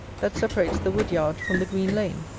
that separates the wood-yard from the green lane.